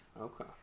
Okay